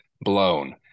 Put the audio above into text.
Blown